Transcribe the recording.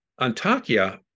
Antakya